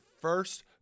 first